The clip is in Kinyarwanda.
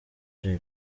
jay